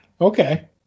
Okay